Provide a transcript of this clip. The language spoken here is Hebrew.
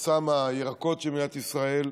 אסם הירקות של מדינת ישראל,